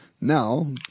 now